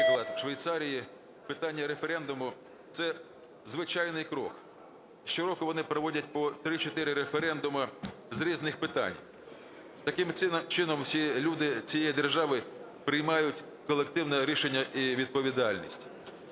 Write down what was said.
в Швейцарії, питання референдуму – це звичайний крок. Щороку вони проводять по 3-4 референдуми з різних питань. Таким чином всі люди цієї держави приймають колективне рішення і відповідальність.